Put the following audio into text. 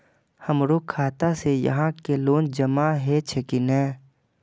हमरो खाता से यहां के लोन जमा हे छे की ने?